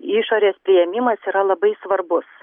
išorės priėmimas yra labai svarbus